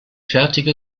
fertige